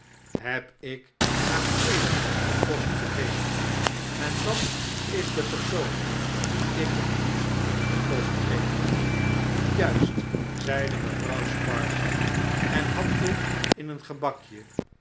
heb ik er maar een den kost te geven en dat is de persoon dien ik het liefst den kost geef juist zeide mevrouw sparsit en hapte in een gebakje